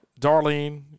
Darlene